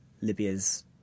Libya's